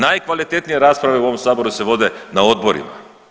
Najkvalitetnije rasprave u ovom saboru se vode na odborima.